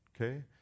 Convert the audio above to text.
okay